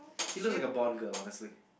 she looks like a bald girl honestly